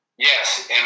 Yes